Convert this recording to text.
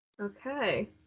Okay